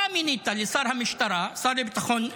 שאתה מינית לשר המשטרה, שר לביטחון לאומי,